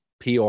PR